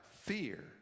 fear